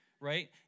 right